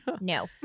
No